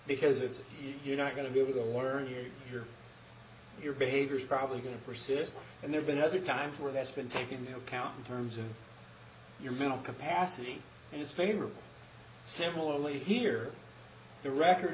because it's you're not going to be able to learn here or your behavior is probably going to persist and there's been other times where that's been taken into account in terms of your mental capacity in his favor similarly here the record